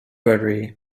rotary